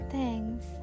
Thanks